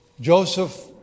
Joseph